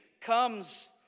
comes